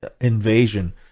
invasion